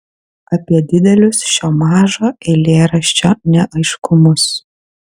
apie didelius šio mažo eilėraščio neaiškumus